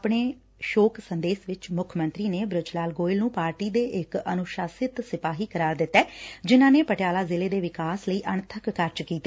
ਆਪਣੇ ਸ਼ੋਕ ਸੰਦੇਸ਼ ਚ ਮੁੱਖ ਮੰਤਰੀ ਨੇ ਬ੍ਰਿਜ ਲਾਲ ਗੋਇਲ ਨੂੰ ਪਾਰਟੀ ਦੇ ਇਕ ਅਨੁਸ਼ਾਸਿਤ ਸਿਪਾਹੀ ਕਰਾਰ ਦਿੱਤਾ ਜਿਨ੍ਹਾ ਨੇ ਪਟਿਆਲਾ ਜ਼ਿਲ੍ਹੇ ਦੇ ਵਿਕਾਸ ਲਈ ਅਣਥੱਕ ਕਾਰਜ ਕੀਤੇ